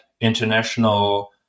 international